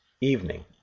evening